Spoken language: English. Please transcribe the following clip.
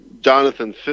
Jonathan